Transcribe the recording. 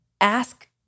Ask